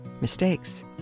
mistakes